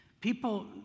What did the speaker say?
People